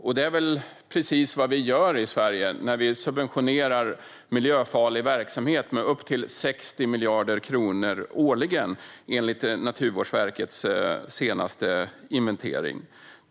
Men det är väl precis vad vi gör i Sverige när vi subventionerar miljöfarlig verksamhet med upp till 60 miljarder kronor årligen, enligt Naturvårdsverkets senaste inventering.